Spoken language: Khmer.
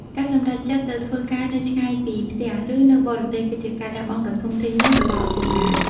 ការសម្រេចចិត្តទៅធ្វើការនៅឆ្ងាយពីផ្ទះ ឬនៅបរទេស គឺជាការលះបង់ដ៏ធំធេងមួយរបស់ឪពុកម្ដាយ។